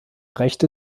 rechte